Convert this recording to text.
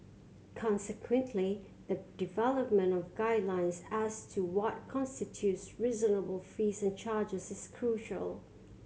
consequently the development of guidelines as to what constitutes reasonable fees and charges is crucial